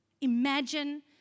Imagine